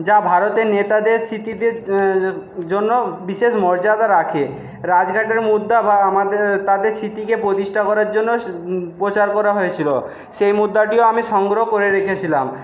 যা ভারতের নেতাদের স্বীকৃতির জন্য বিশেষ মর্যাদা রাখে রাজাঘাটের মুদ্রা বা আমাদের তাদের স্মৃতিকে প্রতিষ্ঠা করার জন্য প্রচার করা হয়েছিলো সেই মুদ্রাটিও আমি সংগ্রহ করে রেখেছিলাম